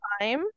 time